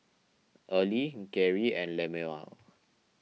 Early Geri and Lemuel